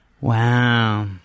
Wow